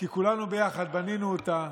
כי כולנו ביחד בנינו אותה,